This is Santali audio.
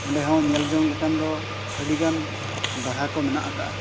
ᱚᱸᱰᱮ ᱦᱚᱸ ᱧᱮᱞ ᱡᱚᱝ ᱞᱮᱠᱟᱱ ᱫᱚ ᱟᱹᱰᱤᱜᱟᱱ ᱫᱟᱨᱦᱟ ᱠᱚ ᱢᱮᱱᱟᱜ ᱟᱠᱟᱫᱼᱟ